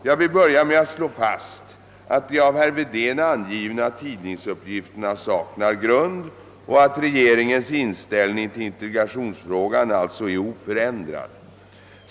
Jag vill börja med att slå fast att de av herr Wedén angivna tidningsuppgifterna saknar grund och att regeringens Inställning till integrationsfrågan alltså år oförändrad.